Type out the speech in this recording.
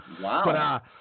Wow